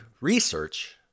Research